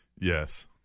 Yes